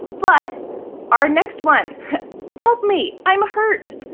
but our next one help me, i'm hurt!